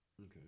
Okay